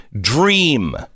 dream